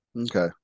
Okay